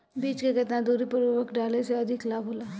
बीज के केतना दूरी पर उर्वरक डाले से अधिक लाभ होला?